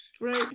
right